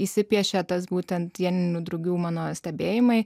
įsipiešia būtent dieninių drugių mano stebėjimai